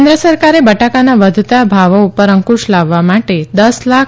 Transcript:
કેન્દ્ર સરકારે બટાકાનાં વધતાં ભાવે પર અંકુશ લાવવા માટે દસ લાખ